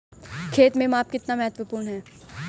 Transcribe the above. खेत में माप कितना महत्वपूर्ण है?